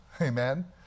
amen